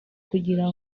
kugira